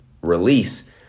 release